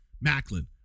Macklin